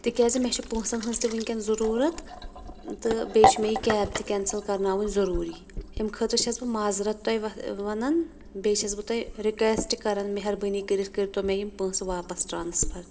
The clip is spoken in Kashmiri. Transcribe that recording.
تِکیٛازِ مےٚ چھِ پونٛسن ہٕنٛز تہِ ؤنکیٚن ضروٗرت تہٕ بیٚیہِ چھِ مےٚ یہِ کیب تہِ کینسل کرناوٕنۍ ضروٗری امہِ خٲطرٕ چھس بہٕ معذرت تۄہہِ ونان بیٚیہِ چھس بہٕ تۄہہِ رکیسٹ کران مہربٲنی کٔرتھ کٔرۍ تو مےٚ یِم پونٛسہٕ واپس ٹرانسفر